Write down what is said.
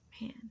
man